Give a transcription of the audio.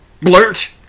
blurt